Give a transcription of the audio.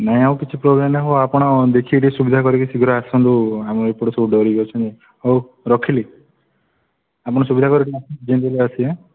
ନାଇ ଆଉ କିଛି ପ୍ରୋବ୍ଲେମ୍ ନାଇ ହଉ ଆପଣ ଦେଖିକି ଟିକେ ସୁବିଧା କରିକି ଶୀଘ୍ର ଆସନ୍ତୁ ଆମର ଏପଟେ ସବୁ ଡ଼ରିକି ଅଛନ୍ତି ହଉ ରଖିଲି ଆପଣ ସୁବିଧା କରିକି ଯେମିତି ହେଲେ ଆସିବେ